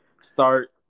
start